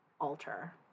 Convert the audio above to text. alter